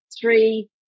three